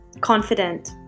confident